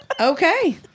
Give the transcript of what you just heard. Okay